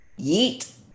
Yeet